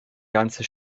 ganze